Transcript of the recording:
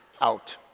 out